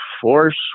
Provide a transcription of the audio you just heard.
force